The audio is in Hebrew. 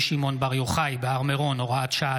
שמעון בר יוחאי בהר מירון (הוראת שעה),